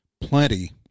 plenty